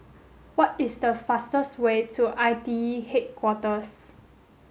what is the fastest way to I T E Headquarters